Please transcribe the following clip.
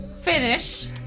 Finish